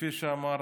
כפי שאמרת: